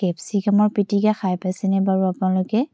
কেপচিকামৰ পিটিকা খাই পাইছেনে বাৰু আপোনালোকে